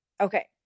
Okay